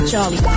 Jolly